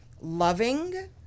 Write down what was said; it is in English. loving